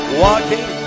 walking